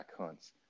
hunts